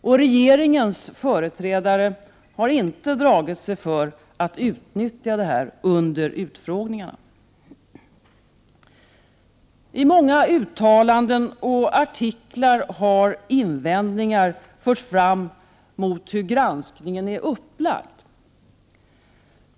Och regeringens företrädare har inte dragit sig för att utnyttja detta under utfrågningarna. I många uttalanden och artiklar har invändningar förts fram mot hur granskningen är upplagd.